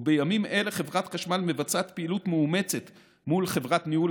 ובימים אלה חברת חשמל מבצעת פעילות מאומצת מול חברת ניהול